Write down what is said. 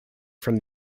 from